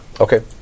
Okay